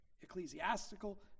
ecclesiastical